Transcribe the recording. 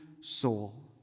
soul